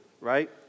right